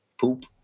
poop